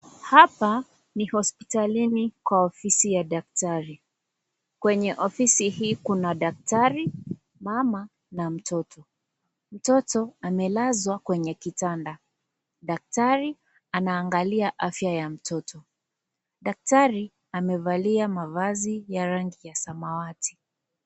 Hapa ni hospitalini kwa ofisi ya daktari. Kwenye ofisi hii kuna daktari, mama na mtoto. Mtoto amelazwa kwenye kitanda. Daktari anaangalia afya ya mtoto. Daktari amevalia mavazi ya rangi ya samawati.